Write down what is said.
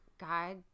God